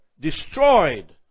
destroyed